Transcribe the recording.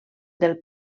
del